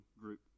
group